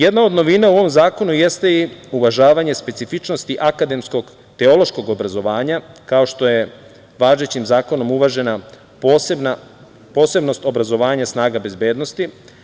Jedna od novina u ovom zakonu jeste i uvažavanje specifičnosti akademskog teološkog obrazovanja, kao što je važećim zakonom uvažena posebnost obrazovanja snaga bezbednosti.